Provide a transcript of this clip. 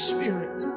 Spirit